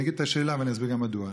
אני אציג את השאלה, ואסביר גם מדוע.